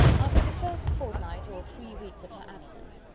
after the first fortnight or three weeks of her absence,